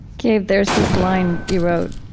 gabe, there's this line, you wrote